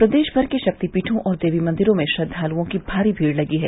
प्रदेश भर के शक्तिपीठों और देवी मंदिरों में श्रद्वाल्ओं की भारी भीड लगी है